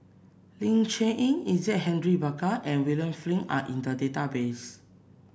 Ling Cher Eng Isaac Henry Burkill and William Flint are in the database